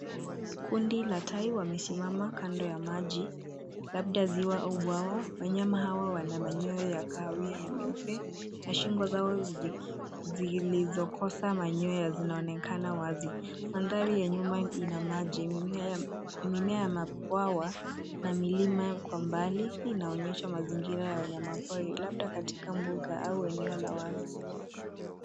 Kundi la tai wamesimama kando ya maji labda vyua au bwawa. Wanyama hawa wana manyoya ya kahawia na meupe na shingo zao zilizokosa manyoya zinaonekana wazi. Mandhari ya nyuma ina maji, mimea ya mabwawa na milima kwa mbali inaonyesha mazingira ya wanyamapori labda katika mbuga au eneo la wazi.